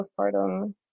postpartum